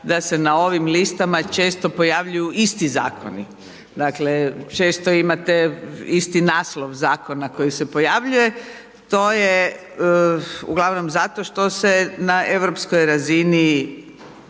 da se na ovim listama često pojavljuju isti zakoni. Dakle često imate isti naslov zakona koji se pojavljuje, to je uglavnom zašto što se na europskoj razini